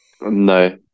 No